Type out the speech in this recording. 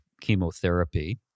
chemotherapy